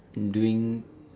doing